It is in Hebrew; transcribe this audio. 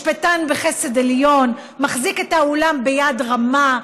משפטן בחסד עליון, מחזיק את האולם ביד רמה,